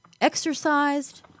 exercised